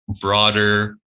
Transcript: broader